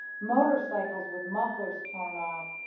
motorcycles with mufflers torn off,